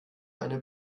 eine